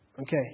Okay